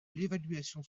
l’évaluation